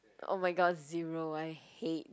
oh-my-god zero I hate durians